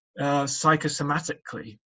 psychosomatically